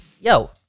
yo